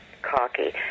Cocky